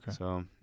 Okay